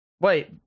Wait